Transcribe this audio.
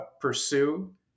pursue